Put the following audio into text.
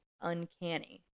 uncanny